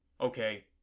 Okay